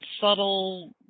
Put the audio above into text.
subtle